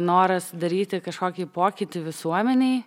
noras daryti kažkokį pokytį visuomenei